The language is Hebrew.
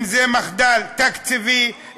אם מחדל תקציבי,